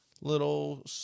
little